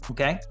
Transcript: Okay